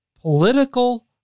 political